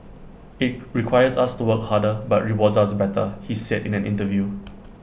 IT requires us to work harder but rewards us better he said in an interview